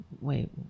Wait